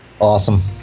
Awesome